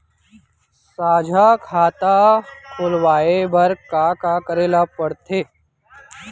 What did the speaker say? साझा खाता खोलवाये बर का का करे ल पढ़थे?